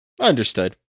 Understood